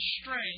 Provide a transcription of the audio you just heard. strength